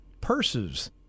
purses